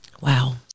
Wow